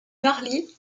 marly